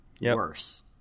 worse